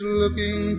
looking